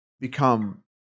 become